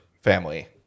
family